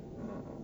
ah